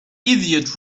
idiot